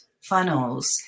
funnels